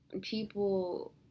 people